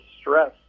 stress